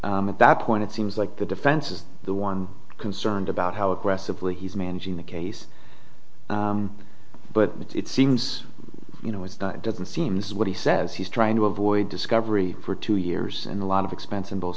at that point it seems like the defense is the one concerned about how aggressively he's managing the case but it's seems you know it doesn't seem this is what he says he's trying to avoid discovery for two years and a lot of expense in both